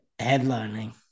headlining